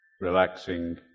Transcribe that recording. relaxing